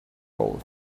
gold